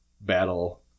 battle